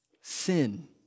Sin